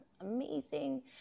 amazing